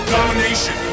Domination